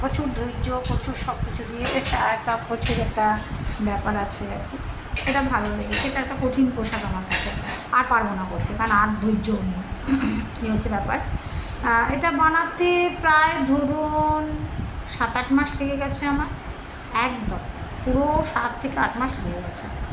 মানে প্রচুর ধৈর্য্য প্রচুর সব কিছু দিয়েছে একটা প্রচুর একটা ব্যাপার আছে আর কি সেটা ভালো লেগেছে এটা একটা কঠিন পোশাক আমার কাছে আর পারব নয়া করতে কারণ আর ধৈর্য্যও নেই এই হচ্ছে ব্যাপার এটা বানাতে প্রায় ধরুন সাত আট মাস লেগে গিয়েছে আমার একদম পুরো সাত থেকে আট মাস লেগে গিয়েছে